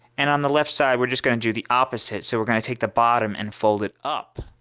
and on the left side we're just going to do the opposite so we're gonna take the bottom and fold it up.